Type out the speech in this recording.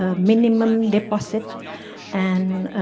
ah minimum deposit and